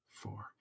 Four